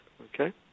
Okay